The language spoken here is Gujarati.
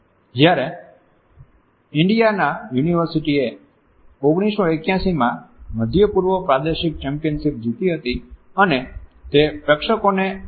" જ્યારે ઇન્ડિયાના યુનિવર્સિટીએ 1981માં મધ્ય પૂર્વ પ્રાદેશિક ચેમ્પિયનશિપ જીતી હતી અને તે પ્રેક્ષકોને ટી